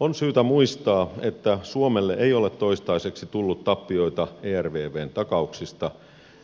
on syytä muistaa että suomelle ei ole toistaiseksi tullut tappioita ervvn takauksista